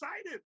excited